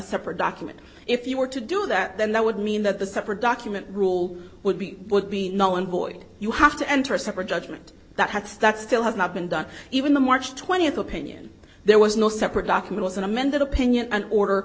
separate document if you were to do that then that would mean that the separate document rule would be would be no one void you have to enter a separate judgment that has that still has not been done even the march twentieth opinion there was no separate document was an amended opinion an order